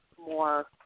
more –